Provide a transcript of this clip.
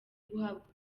guhabwa